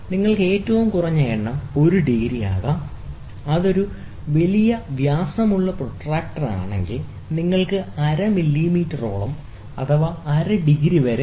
നിങ്ങൾക്ക് ഏറ്റവും കുറഞ്ഞ എണ്ണം 1 ഡിഗ്രി ആകാം അത് ഒരു വലിയ വ്യാസമുള്ള പ്രൊട്ടാക്റ്റർ ആണെങ്കിൽ നിങ്ങൾക്ക് അര മില്ലിമീറ്ററോളം അര ഡിഗ്രി വരെ ആകാം